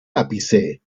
ápice